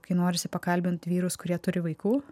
kai norisi pakalbint vyrus kurie turi vaikų